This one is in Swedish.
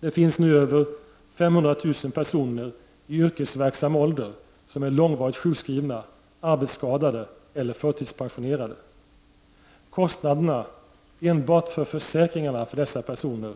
Det finns nu över 500 000 personer i yrkesverksam ålder som är långvarigt sjukskrivna, arbetsskadade eller förtidspensionerade. Kostnaderna enbart för försäkringarna för dessa personer